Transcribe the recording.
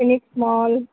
phoenix mall